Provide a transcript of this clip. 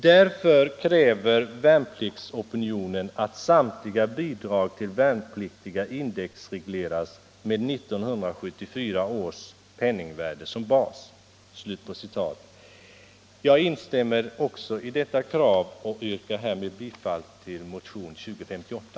Därför kräver värnpliktsopinionen att samtliga bidrag till värnpliktiga indexregleras med 1974 års penningvärde som bas.” Jag instämmer i detta krav och yrkar härmed bifall till motion 2058.